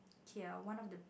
K uh one of the